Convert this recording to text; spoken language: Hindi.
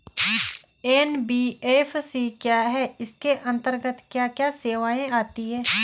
एन.बी.एफ.सी क्या है इसके अंतर्गत क्या क्या सेवाएँ आती हैं?